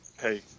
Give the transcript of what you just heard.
Hey